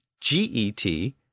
G-E-T